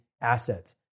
assets